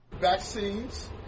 Vaccines